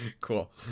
cool